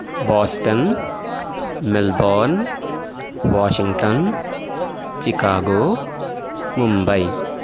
Boston Melbourne Washington Chicago Mumbai